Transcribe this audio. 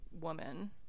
woman